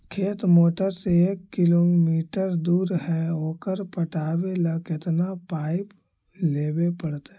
खेत मोटर से एक किलोमीटर दूर है ओकर पटाबे ल केतना पाइप लेबे पड़तै?